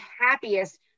happiest